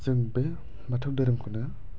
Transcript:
जों बे बाथौ दोहोरोमखौनो